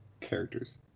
characters